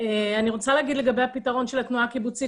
אני רוצה להגיד לגבי הפתרון של התנועה הקיבוצית